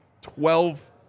twelve